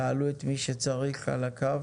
תעלו את מי שצריך על הקו.